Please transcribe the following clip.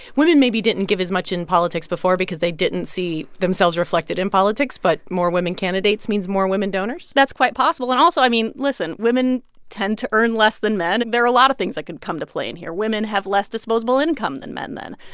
women maybe didn't give as much in politics before because they didn't see themselves reflected in politics, but more women candidates means more women donors that's quite possible. and also, i mean, listen. women tend to earn less than men. there are a lot of things that can come to play in here. women have less disposable income than men then.